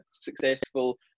successful